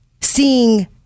seeing